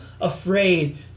afraid